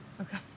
Okay